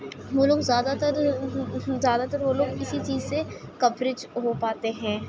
وہ لوگ زیادہ تر زیادہ تر وہ لوگ اسی چیز سے کوریج وہ پاتے ہیں